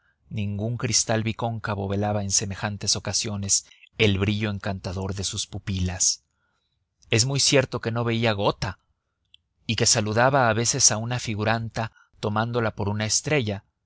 ningún cristal bicóncavo velaba en semejantes ocasiones el brillo encantador de sus pupilas es muy cierto que no veía gota y que saludaba a veces a una figuranta tomándola por una estrella